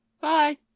Bye